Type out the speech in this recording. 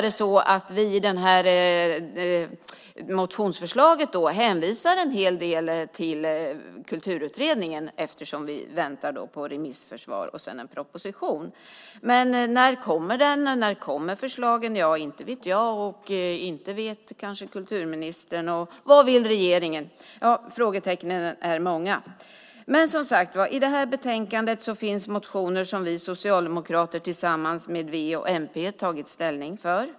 Men vi hänvisar ändå en hel del till den, eftersom vi väntar på remissvar och på en proposition. När kommer den, och när kommer förslagen? Inte vet jag, och kanske vet inte kulturministern heller. Vad vill regeringen? Frågetecknen är många. I det här betänkandet finns som sagt var motioner som vi socialdemokrater tillsammans med v och mp har tagit ställning för.